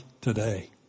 today